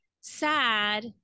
sad